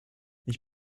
ich